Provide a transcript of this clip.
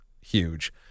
Huge